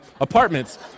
apartments